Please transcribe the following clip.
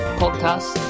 podcast